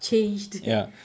changed